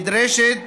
נדרשת